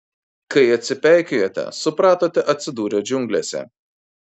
kai atsipeikėjote supratote atsidūrę džiunglėse